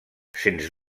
sens